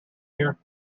here